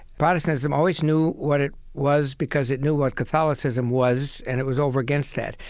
protestantism always knew what it was because it knew what catholicism was, and it was over against that.